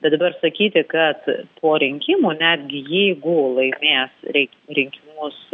bet dabar sakyti kad po rinkimų netgi jeigu laimės rinkimus